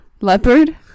leopard